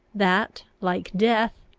that, like death,